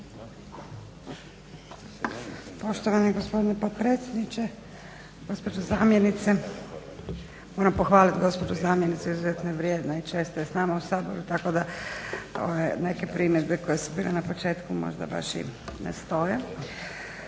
Poštovani gospodine potpredsjedniče, gospođo zamjenice. Moram pohvaliti gospođu zamjenicu izuzetno je vrijedna i često je s nama u Saboru tako da neke primjedbe koje su bile na početku možda baš i ne stoje.